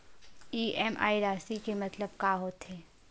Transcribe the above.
EMI राशि के मतलब का होथे?